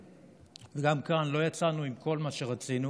גם כאן לא יצאנו עם כל מה שרצינו,